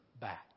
back